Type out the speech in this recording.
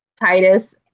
Titus